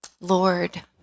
Lord